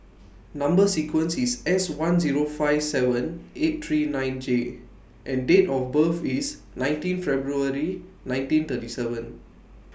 Number sequence IS S one Zero five seven eight three nine J and Date of birth IS nineteen February nineteen thirty seven